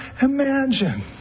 imagine